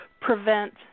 prevent